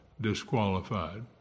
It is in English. disqualified